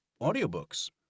audiobooks